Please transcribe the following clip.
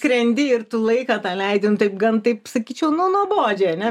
skrendi ir tu laiką tą leidi nu taip gan taip sakyčiau nu nuobodžiai ane